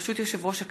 ברשות יושב-ראש הכנסת,